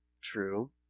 True